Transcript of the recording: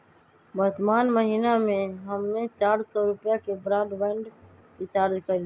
वर्तमान महीना में हम्मे चार सौ रुपया के ब्राडबैंड रीचार्ज कईली